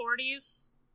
40s